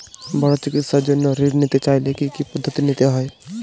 বড় চিকিৎসার জন্য ঋণ নিতে চাইলে কী কী পদ্ধতি নিতে হয়?